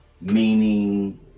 Meaning